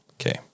okay